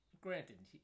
granted